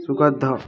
ସୁଗନ୍ଧ